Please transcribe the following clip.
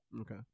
Okay